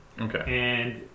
Okay